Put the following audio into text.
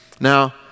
Now